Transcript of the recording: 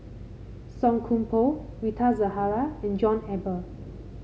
Song Koon Poh Rita Zahara and John Eber